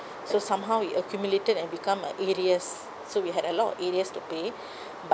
so somehow it accumulated and become a arrears so we had a lot of arrears to pay but